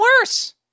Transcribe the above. worse